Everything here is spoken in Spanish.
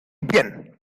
bien